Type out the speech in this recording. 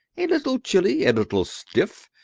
a little chilly? a little stiff?